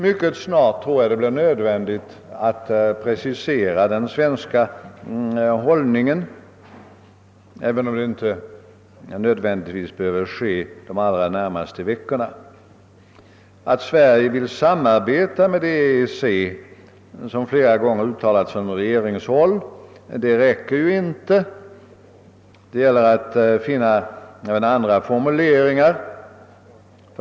Mycket snart blir det nödvändigt att precisera den svenska hållningen, även «om det inte behöver ske de allra när masie veckorna. Att framhålla att Sverige vill »samarbeta med EEC», såsom flera gånger uttalats från regeringshåll, räcker inte. Det gäller att finna andra formuleringar.